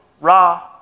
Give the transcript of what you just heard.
Ra